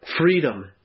freedom